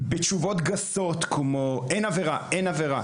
בתשובות גסות, כמו "אין עבירה, אין עבירה".